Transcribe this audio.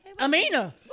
Amina